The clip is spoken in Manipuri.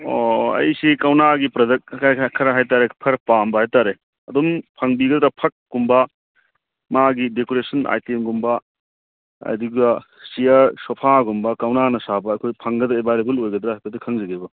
ꯑꯣ ꯑꯩꯁꯤ ꯀꯧꯅꯥꯒꯤ ꯄ꯭ꯔꯗꯛ ꯈꯔ ꯍꯥꯏꯇꯔꯦ ꯈꯔ ꯄꯥꯝꯕ ꯍꯥꯏꯇꯔꯦ ꯑꯗꯨꯝ ꯐꯪꯕꯤꯒꯗ꯭ꯔ ꯐꯛꯀꯨꯝꯕ ꯃꯥꯒꯤ ꯗꯦꯀꯣꯔꯦꯁꯟ ꯑꯥꯏꯇꯦꯝꯒꯨꯝꯕ ꯑꯗꯨꯒ ꯆꯤꯌꯥꯔ ꯁꯣꯐꯥꯒꯨꯝꯕ ꯀꯧꯅꯥꯅ ꯁꯥꯕ ꯑꯩꯈꯣꯏ ꯐꯪꯒꯗ꯭ꯔ ꯑꯦꯕꯥꯏꯂꯦꯕꯜ ꯑꯣꯏꯒꯗ꯭ꯔ ꯍꯥꯏꯐꯦꯠꯇ ꯈꯪꯖꯒꯦꯕ